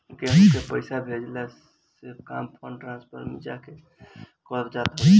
केहू के पईसा भेजला के काम फंड ट्रांसफर में जाके करल जात हवे